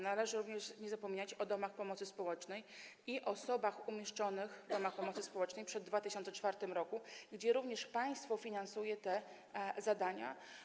Nie należy również zapominać o domach pomocy społecznej i osobach umieszczonych w domach pomocy społecznej przed 2004 r., gdzie również państwo finansuje te zadania.